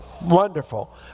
Wonderful